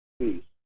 Please